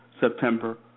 September